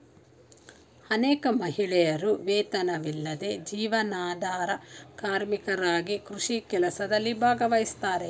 ಅನೇಕ ಮಹಿಳೆಯರು ವೇತನವಿಲ್ಲದ ಜೀವನಾಧಾರ ಕಾರ್ಮಿಕರಾಗಿ ಕೃಷಿ ಕೆಲಸದಲ್ಲಿ ಭಾಗವಹಿಸ್ತಾರೆ